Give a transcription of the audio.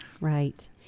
Right